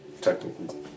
technically